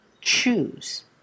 choose